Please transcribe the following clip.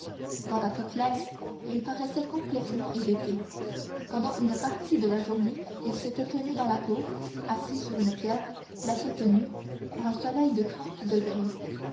quant à coclès il paraissait complètement hébété pendant une partie de la journée il s'était tenu dans la cour assis sur une pierre la tête nue par un soleil de trente degrés